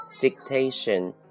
Dictation